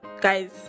guys